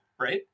right